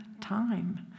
time